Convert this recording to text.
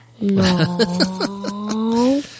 No